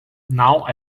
now